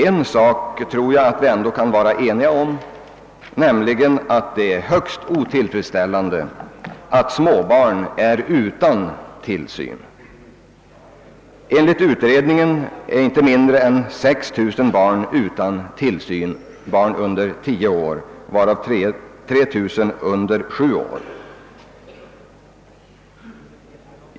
En sak tror jag att vi kan vara eniga om, nämligen att det är högst otillfredsställande att småbarn är utan tillsyn. Enligt utredningen är inte mindre än 60 000 barn under tio år utan tillsyn, varav 3 000 är under sju år.